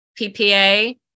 PPA